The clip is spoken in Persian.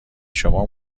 شما